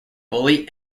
bully